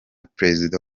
prezida